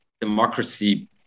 democracy